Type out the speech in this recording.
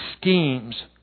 schemes